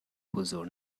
حضور